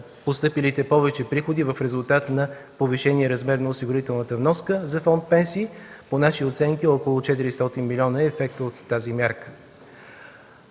постъпилите повече приходи в резултат на повишения размер на осигурителната вноска за фонд „Пенсии”. По наши оценки около 400 милиона е ефектът от тази мярка.